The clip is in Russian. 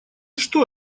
что